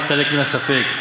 והסתלק מן הספק,